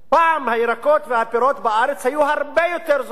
פעם הירקות והפירות בארץ היו הרבה יותר זולים.